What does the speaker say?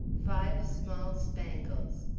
five small spangles.